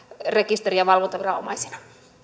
rekisteri ja valvontaviranomaisina